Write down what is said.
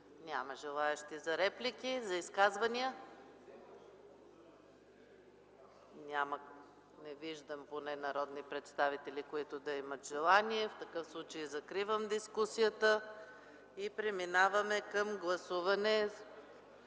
Няма желаещи за реплики. За изказвания? Не виждам народни представители, които да имат желание. В такъв случай закривам дискусията и преминаваме към гласуване.